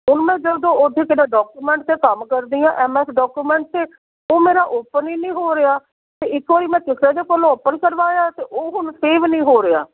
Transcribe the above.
ਹੁਣ ਮੈਂ ਜਦੋਂ ਉੱਥੇ ਜਿਹੜਾ ਡਾਕੂਮੈਂਟ 'ਤੇ ਕੰਮ ਕਰਦੀ ਹਾਂ ਐੱਮ ਐੱਸ ਡਾਕੂਮੈਂਟ 'ਤੇ ਉਹ ਮੇਰਾ ਓਪਨ ਹੀ ਨਹੀਂ ਹੋ ਰਿਹਾ ਅਤੇ ਇੱਕ ਵਾਰੀ ਮੈਂ ਕਿਸੇ ਦੇ ਕੋਲੋਂ ਓਪਨ ਕਰਵਾਇਆ ਅਤੇ ਉਹ ਹੁਣ ਸੇਵ ਨਹੀਂ ਹੋ ਰਿਹਾ